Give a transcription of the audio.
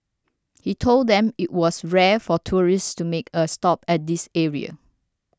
he told them it was rare for tourists to make a stop at this area